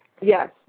Yes